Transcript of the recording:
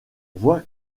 voit